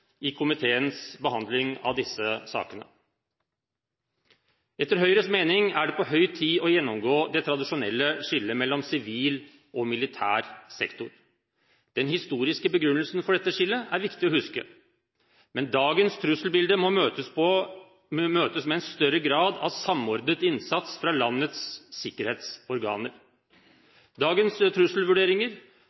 i komiteens behandling av disse sakene. Etter Høyres mening er det på høy tid å gjennomgå det tradisjonelle skillet mellom sivil og militær sektor. Den historiske begrunnelsen for dette skillet er viktig å huske, men dagens trusselbilde må møtes med en større grad av samordnet innsats fra landets sikkerhetsorganer. I dagens trusselvurderinger